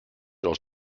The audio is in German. aus